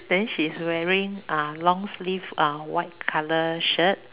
then she's wearing uh long sleeve uh white color shirt